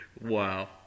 Wow